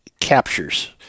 captures